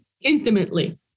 intimately